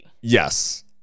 yes